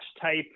type